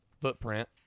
footprint